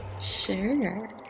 Sure